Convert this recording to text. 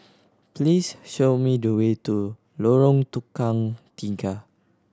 please show me the way to Lorong Tukang Tiga